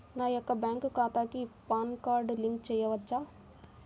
నా యొక్క బ్యాంక్ ఖాతాకి పాన్ కార్డ్ లింక్ చేయవచ్చా?